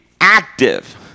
active